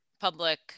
public